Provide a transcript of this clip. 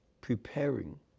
preparing